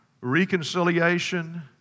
Reconciliation